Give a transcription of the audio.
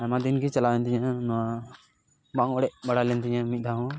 ᱟᱭᱢᱟ ᱫᱤᱱ ᱜᱮ ᱪᱟᱞᱟᱣᱮᱱ ᱛᱤᱧᱟᱹ ᱱᱚᱣᱟ ᱵᱟᱝ ᱚᱲᱮᱡ ᱵᱟᱲᱟ ᱞᱮᱱ ᱛᱤᱧᱟᱹ ᱢᱤᱫ ᱫᱷᱟᱣ ᱦᱚᱸ